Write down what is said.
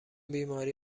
بیماری